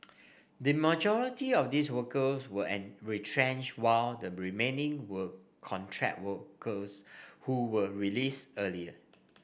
the majority of these workers were an retrenched while the remaining were contract workers who were released earlier